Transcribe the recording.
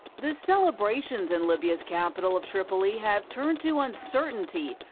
the celebrations in libya's capital of tripoli have turned to uncertainty.